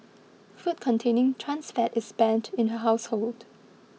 food containing trans fat is banned in her household